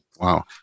Wow